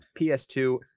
PS2